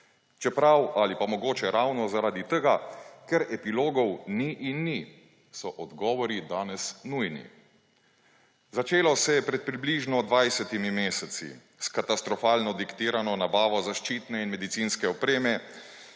Čeprav ali pa mogoče ravno zaradi tega, ker epilogov ni in ni, so odgovori danes nujni. Začelo se je pred približno 20. meseci s katastrofalno diktirano nabavo zaščitne in medicinske opreme,